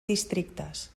districtes